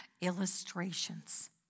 illustrations